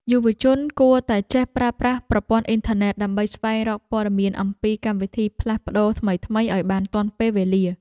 យុវជនគួរតែចេះប្រើប្រាស់ប្រព័ន្ធអ៊ីនធឺណិតដើម្បីស្វែងរកព័ត៌មានអំពីកម្មវិធីផ្លាស់ប្តូរថ្មីៗឱ្យបានទាន់ពេលវេលា។